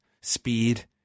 speed